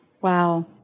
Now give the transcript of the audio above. Wow